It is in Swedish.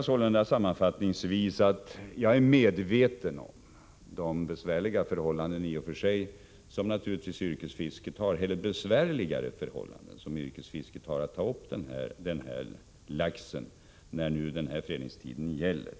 Sammanfattningsvis vill jag säga att jag är medveten om de besvärligare förhållanden som yrkesfisket har fått i och med den fredningstid som nu gäller.